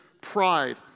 pride